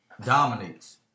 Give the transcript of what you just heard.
dominates